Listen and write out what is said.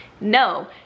no